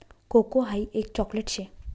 cocoa हाई एक chocolate शे